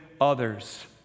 others